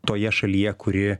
toje šalyje kuri